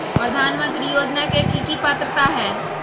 प्रधानमंत्री योजना के की की पात्रता है?